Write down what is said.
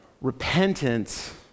Repentance